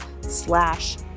slash